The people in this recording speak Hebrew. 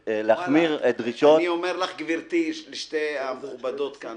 להחמיר את דרישות --- אני אומר לשתי המכובדות כאן,